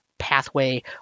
pathway